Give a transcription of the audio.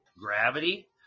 Gravity